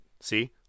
See